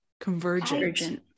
convergent